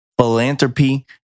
philanthropy